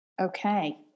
Okay